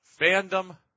Fandom